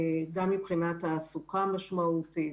אם מבחינת תעסוקה משמעותית,